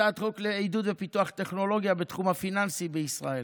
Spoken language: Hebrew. הצעת חוק לעידוד ופיתוח טכנולוגיה בתחום הפיננסי בישראל.